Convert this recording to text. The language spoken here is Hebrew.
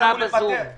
לא אחזור על